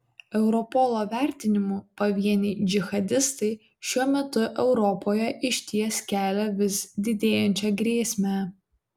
europolo vertinimu pavieniai džihadistai šiuo metu europoje išties kelia vis didėjančią grėsmę